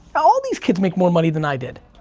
all these kids make more money than i did,